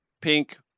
pink